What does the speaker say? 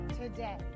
today